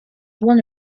one